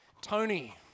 Tony